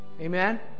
Amen